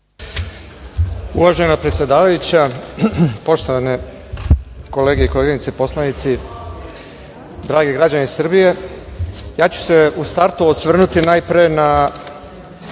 Uvažena predsedavajuća, poštovane kolege i koleginice poslanici, dragi građani Srbije, ja ću se u startu osvrnuti najpre na